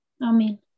Amen